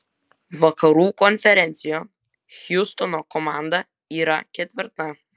vakarų konferencijoje hjustono komanda yra ketvirta